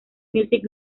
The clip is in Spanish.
music